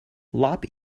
lop